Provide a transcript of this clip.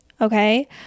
okay